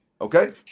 Okay